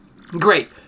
Great